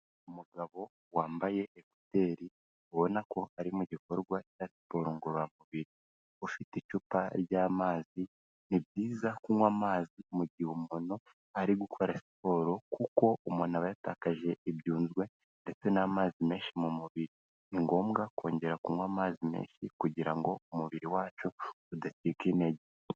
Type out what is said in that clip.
Umugabo wambaye ekutei ubona ko ari mu gikorwa cya siporo ngororamubiri, ufite icupa ry'amazi. Ni byiza kunywa amazi mu gihe umuntu ari gukora siporo kuko umuntu aba yatakaje ibyunzwe ndetse n'amazi menshi mu mubiri, ni ngombwa kongera kunywa amazi menshi kugira ngo umubiri wacu udacika intege.